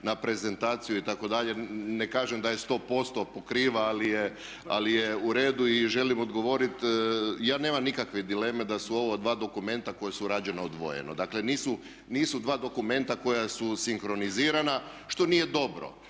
na prezentaciju itd. ne kažem da 100% pokriva ali je u redu i želim odgovoriti. Ja nemam nikakve dileme da su ovo dva dokumenta koja su rađena odvojeno. Dakle nisu dva dokumenta koja su sinkronizirana što nije dobro.